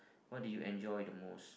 what do you enjoy the most